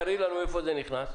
תראי לנו איפה זה נכנס.